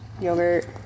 yogurt